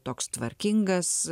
toks tvarkingas